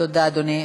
תודה, אדוני.